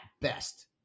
best